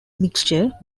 mixture